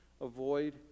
Avoid